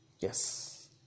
yes